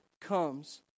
comes